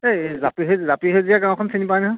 এই সেউজীয়া গাঁওখন চিনি পাই নহয়